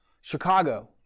Chicago